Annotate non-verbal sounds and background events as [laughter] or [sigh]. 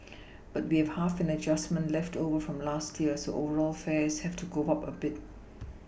[noise] but we have half an adjustment left over from last year so overall fares have to go up a bit